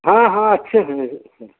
हाँ हाँ अच्छे से एकदम